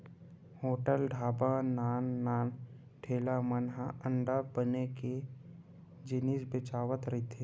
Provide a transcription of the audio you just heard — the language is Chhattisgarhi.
होटल, ढ़ाबा, नान नान ठेला मन म अंडा के बने जिनिस बेचावत रहिथे